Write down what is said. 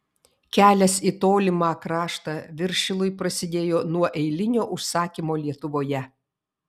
kelias į tolimą kraštą viršilui prasidėjo nuo eilinio užsakymo lietuvoje